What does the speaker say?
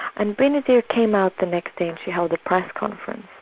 and benazir came out the next day and she held a press conference,